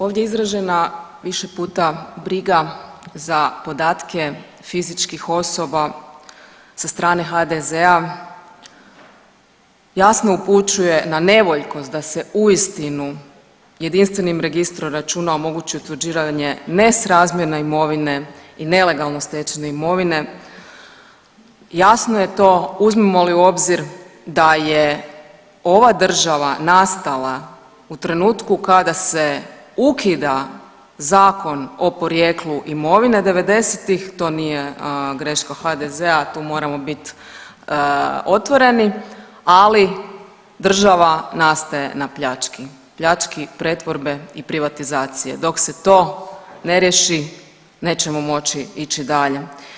Ovdje je izražena više puta briga za podatke fizičkih osoba sa strane HDZ-a, jasno upućuje na nevoljkost da se uistinu jedinstvenim registrom računa omogući utvrđivanje nesrazmjerne imovine i nelegalno stečene imovine, jasno je to uzmemo li u obzir da je ova država nastala u trenutku kada se ukida Zakon o porijeklu imovine '90.-tih, to nije greška HDZ-a, tu moramo bit otvoreni, ali država nastaje na pljački, pljački pretvorbe i privatizacije, dok se to ne riješi nećemo moći ići dalje.